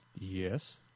Yes